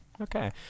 Okay